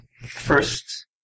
First